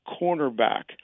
cornerback